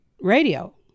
radio